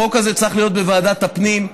החוק הזה צריך להיות בוועדת הפנים,